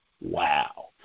wow